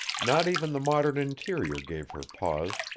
not even the modern interior gave her pause.